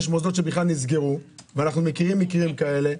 יש מוסדות שבכלל נסגרו, ואנחנו מכירים מקרים כאלה.